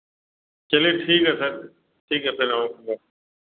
चलिए ठीक है फिर ठीक है फिर आओ सुबह